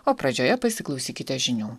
o pradžioje pasiklausykite žinių